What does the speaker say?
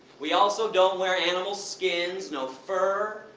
we also don't wear animals skins, no fur,